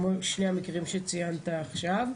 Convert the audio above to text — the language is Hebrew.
כמו בשני המקרים שציינת עכשיו.